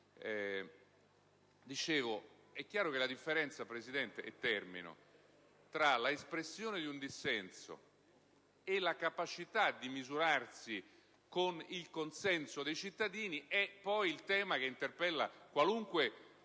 È chiaro che la differenza tra l'espressione di un dissenso e la capacità di misurarsi con il consenso dei cittadini è il tema che interpella qualunque